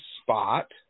spot